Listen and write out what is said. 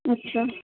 अच्छा